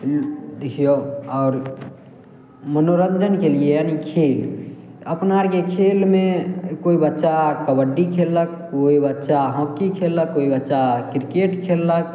देखियौ आओर मनोरञ्जनके लिए यानि खेल अपना अरके खेलमे कोइ बच्चा कबड्डी खेललक कोइ बच्चा हॉकी खेललक कोइ बच्चा क्रिकेट खेललक